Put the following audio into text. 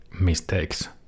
mistakes